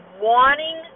wanting